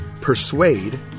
persuade